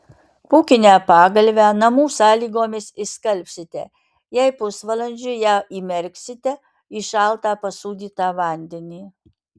pūkinę pagalvę namų sąlygomis išskalbsite jei pusvalandžiui ją įmerksite į šaltą pasūdytą vandenį